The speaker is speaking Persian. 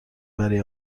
برای